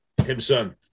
Himson